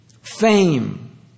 Fame